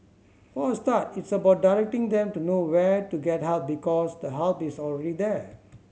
for a start it's about directing them to know where to get help because the help is already there